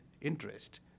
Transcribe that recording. interest